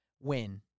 win